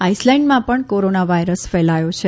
આઇસલેન્ડમાં પણ corona virus ફેલાયો છે